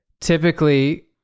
typically